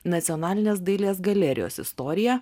nacionalinės dailės galerijos istorija